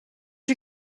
you